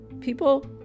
people